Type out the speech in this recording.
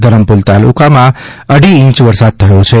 ધરમપુર તાલુકામાં અઢી ઇંચ વરસાદ થયો છે